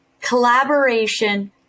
Collaboration